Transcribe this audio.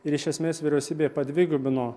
ir iš esmės vyriausybė padvigubino